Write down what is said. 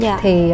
thì